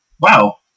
wow